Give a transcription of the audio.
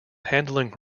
handling